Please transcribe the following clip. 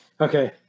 Okay